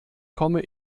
komme